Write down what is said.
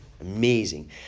amazing